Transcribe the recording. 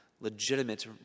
Legitimate